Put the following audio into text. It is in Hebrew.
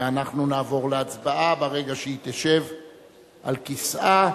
ואנחנו נעבור להצבעה ברגע שהיא תשב על כיסאה.